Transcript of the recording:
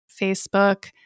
Facebook